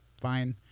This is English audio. fine